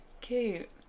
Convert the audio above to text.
Cute